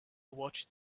watched